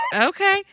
Okay